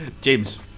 James